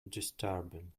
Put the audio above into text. disturbing